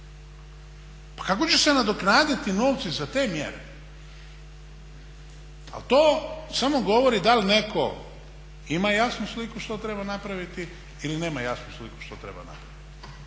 Pa kako će se nadoknaditi novci za te mjere? To samo govori da li netko ima jasnu sliku što treba napraviti ili nema jasnu sliku što treba napraviti.